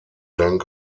dank